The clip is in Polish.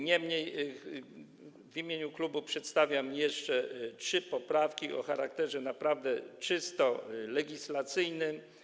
Niemniej w imieniu klubu przedstawiam jeszcze trzy poprawki o charakterze naprawdę czysto legislacyjnym.